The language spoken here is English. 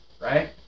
Right